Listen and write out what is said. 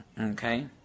Okay